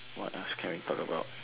what else can we talk about